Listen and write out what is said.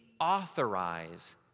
authorize